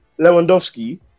Lewandowski